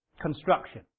Construction